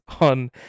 on